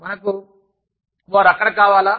మనకు వారు అక్కడ కావాలా